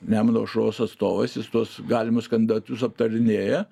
nemuno aušros atstovais jis tuos galimus kandidatus aptarinėja